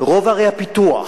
רוב ערי הפיתוח,